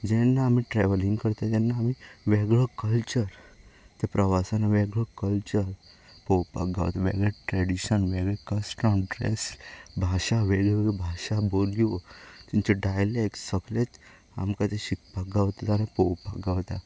जेन्ना आमी ट्रेवलींग करता तेन्ना आमी वेगळो कल्चर त्या प्रवासान वेगळो कल्चर पळोवपाक गावता वेगळे ट्रेडिशन वेगळे कस्टम ड्रेस भाशा वेगवेगळ्यो भाशा बोलयो तांचे डायलेक्ट सगळेंच आमकां थंय शिकपाक गावता आनी पळोवपाक गावता